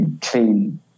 clean